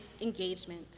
engagement